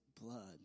blood